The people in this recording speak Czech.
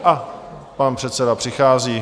A pan předseda přichází.